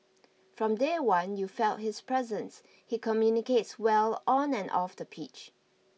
from day one you felt his presence he communicates well on and off the pitch